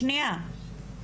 שנייה,